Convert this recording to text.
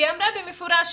היא אמרה במפורש,